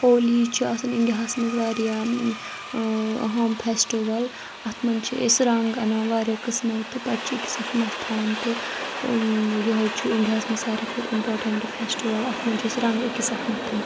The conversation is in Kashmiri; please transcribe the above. ہولی چھِ آسان اِنڈیاہَس منٛز واریاہ اہم پھیٚسٹول اَتھ منٛز چھِ أسۍ رنٛگ اَنان واریاہ قٕسمو تہٕ پَتہٕ چھِ أکِس اَکھ مَتھان تہٕ یِہوے چھُ اِنڈیاہَس منٛز ساروی کھۄتہٕ اِمپاٹَنٛٹ پھیٚسٹِوَل اَتھ منٛز چھِ أسۍ رنٛگ أکِس اَکھ مَتھان